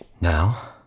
Now